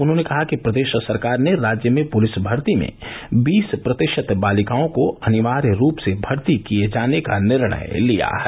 उन्होंने कहा कि प्रदेश सरकार ने राज्य में पुलिस भर्ती में बीस प्रतिशत बालिकाओं को अनिवार्य रूप से भर्ती किए जाने का निर्णय लिया है